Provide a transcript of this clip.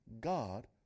God